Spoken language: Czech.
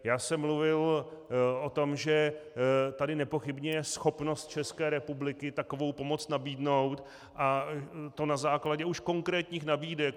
Já jsem mluvil o tom, že tady nepochybně je schopnost České republiky takovou pomoc nabídnout, a to na základě už konkrétních nabídek.